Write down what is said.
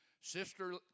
Sister